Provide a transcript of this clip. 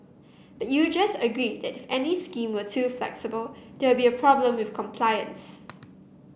you just agreed that any scheme were too flexible there would be a problem with compliance